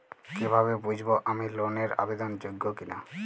কীভাবে বুঝব আমি লোন এর আবেদন যোগ্য কিনা?